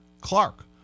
Clark